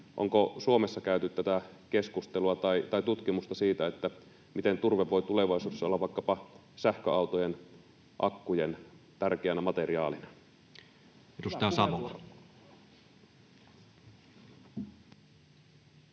Onko Suomessa tutkimusta siitä, miten turve voi tulevaisuudessa olla vaikkapa sähköautojen akkujen tärkeänä materiaalina? Edustaja Savola.